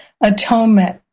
atonement